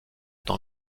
dans